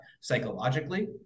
psychologically